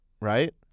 right